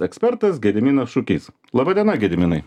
ekspertas gediminas šukys laba diena gediminai